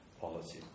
policy